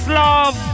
love